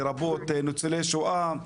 לרבות ניצולי שואה,